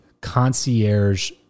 concierge